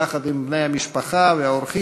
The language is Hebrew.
יחד עם בני המשפחה והאורחים,